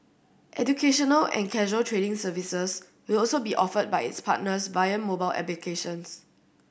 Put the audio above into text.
educational and casual trading services will also be offered by its partners via mobile applications